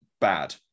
bad